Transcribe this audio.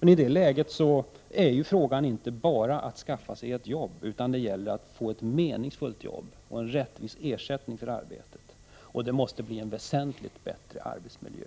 I det läget gäller det att få ett meningsfullt jobb och en rättvis ersättning för arbetet, och det måste bli en väsentligt bättre arbetsmiljö.